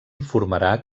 informarà